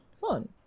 Fun